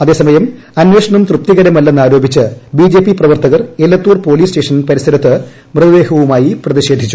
അത്തേസമയം അന്വേഷണം തൃപ്തികരമല്ലെന്ന് ആരോപിച്ച് ബി ജെ പി പ്രവർത്തകർ എലത്തൂർ പോലീസ് സ്റ്റേഷൻ പരിസരത്ത് മൃതദേഹവുമായി പ്രതിഷേധിച്ചു